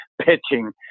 pitching